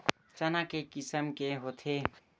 चना के किसम के होथे?